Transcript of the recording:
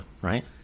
right